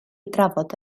drafod